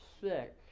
sick